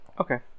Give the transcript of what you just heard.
Okay